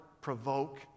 provoke